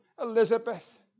Elizabeth